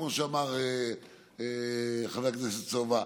כמו שאמר חבר הכנסת סובה,